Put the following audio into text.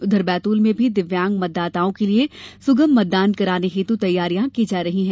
उधर बैतूल में भी दिव्यांग मतदाताओं के लिये सुगम मतदान कराने हेतु तैयारियां की जा रही हैं